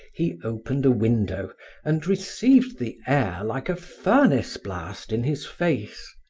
he opened a window and received the air like a furnace blast in his face.